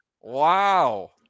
wow